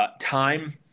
time